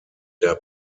der